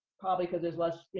probably cause there's less, you